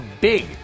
big